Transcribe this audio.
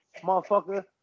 motherfucker